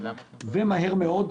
ומהר מאוד,